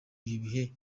ibi